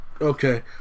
okay